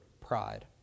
pride